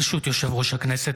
ברשות יושב-ראש הכנסת,